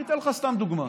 אני אתן לך סתם דוגמה: